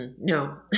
No